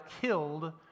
killed